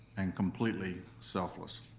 and completely selfless.